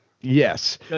Yes